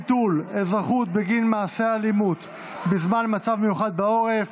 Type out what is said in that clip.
ביטול אזרחות בגין מעשה אלימות בזמן מצב מיוחד בעורף).